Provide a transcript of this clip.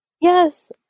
Yes